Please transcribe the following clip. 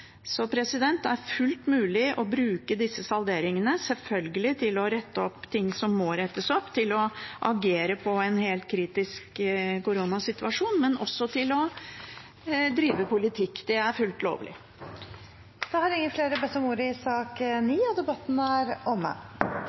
Det er selvfølgelig fullt mulig å bruke disse salderingene til å rette opp ting som må rettes opp, til å agere på en helt kritisk koronasituasjon, men også til å drive politikk. Det er fullt lovlig. Flere har ikke bedt om ordet til sak nr. 9. Etter ønske fra transport- og kommunikasjonskomiteen vil presidenten ordne debatten